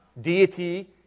deity